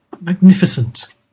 Magnificent